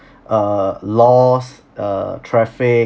err laws err traffic